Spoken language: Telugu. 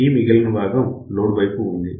ఈ మిగిలిన భాగం లోడ్ వైపు ఉంది